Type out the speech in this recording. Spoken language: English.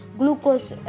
glucose